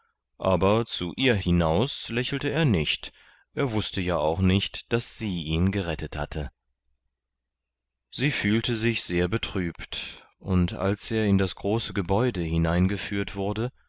aber zu ihr hinaus lächelte er nicht er wußte ja auch nicht daß sie ihn gerettet hatte sie fühlte sich sehr betrübt und als er in das große gebäude hineingeführt wurde